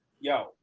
yo